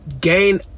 gain